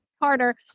harder